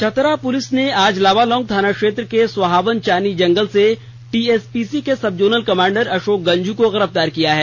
Chatra police ने आज लावालौंग थाना क्षेत्र के सोहावन चानी जंगल से टीएसपीसी के सबजोनल कमांडर अशोक गंझू को गिरफ्तार किया है